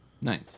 nice